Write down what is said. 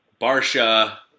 Barsha